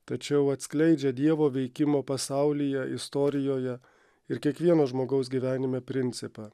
tačiau atskleidžia dievo veikimo pasaulyje istorijoje ir kiekvieno žmogaus gyvenime principą